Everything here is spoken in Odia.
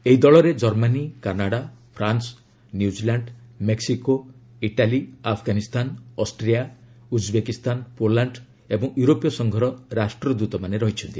ଏହି ଦଳରେ Germany Canada France New Zealand Mexico Italy Afghanistan Austria Uzbekistan Poland ଏବଂ ୟୁରୋପୀୟ ସଂଘର ରାଷ୍ଟ୍ରଦ୍ରତମାନେ ରହିଛନ୍ତି